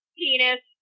penis